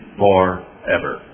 forever